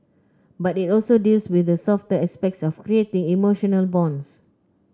but it also deals with the softer aspects of creating emotional bonds